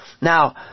Now